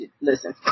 Listen